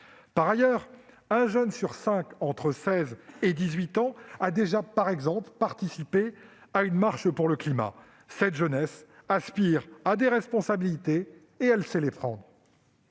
Par ailleurs, un jeune sur cinq âgés de 16 à 18 ans a déjà participé, par exemple, à une marche pour le climat. Cette jeunesse aspire à des responsabilités et elle sait les prendre.